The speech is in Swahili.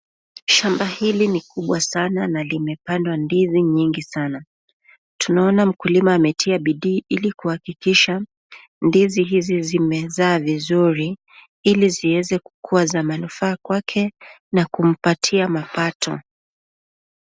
Shamba hili ni kubwa sana na limepandwa ndizi nyingi sana. Tunaona mkulima ametia bidii hili kuhakikisha ndizi hizi zimezaa vizuri Ili zieze kukuwa ya manufaa kwake na kumpatia mapato.